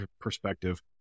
perspective